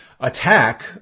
Attack